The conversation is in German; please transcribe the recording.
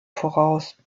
voraus